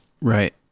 Right